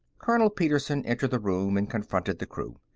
colonel petersen entered the room and confronted the crew.